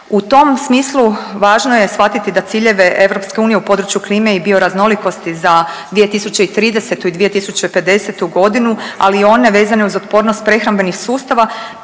U tom smislu važno je shvatiti da ciljeve EU u području klime i bioraznolikosti za 2030. i 2050. godinu, ali i one vezane uz otpornost prehrambenih sustava